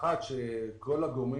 מאחר וכל הגורמים